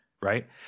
Right